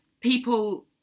people